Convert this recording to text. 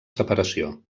separació